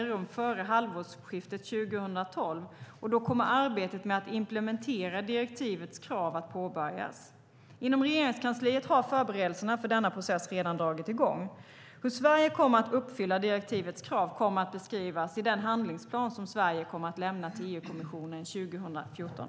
Inom Regeringskansliet har förberedelserna för denna process redan dragit i gång. Hur Sverige kommer att uppfylla direktivets krav kommer att beskrivas i den handlingsplan som Sverige kommer att lämna till EU-kommissionen 2014.